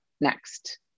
next